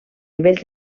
nivells